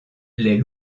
les